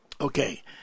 okay